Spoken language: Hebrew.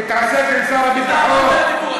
תתעסק עם שר הביטחון.